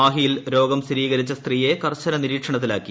മാഹിയിൽ രോഗം സ്ഥിരീകരിച്ച സ്ത്രീയെ കർശന നിരീക്ഷണത്തിലാക്കി